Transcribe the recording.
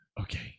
Okay